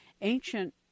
ancient